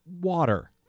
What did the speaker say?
Water